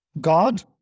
God